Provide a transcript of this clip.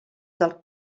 del